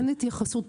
אין התייחסות פרטנית,